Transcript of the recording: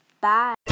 Bye